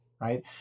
right